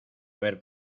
haber